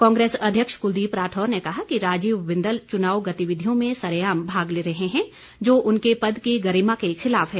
कांग्रेस अध्यक्ष कुलदीप राठौर ने कहा कि राजीव बिंदल चुनाव गतिविधियों में सरेआम भाग ले रहे है जो उनके पद की गरिमा के खिलाफ है